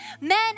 men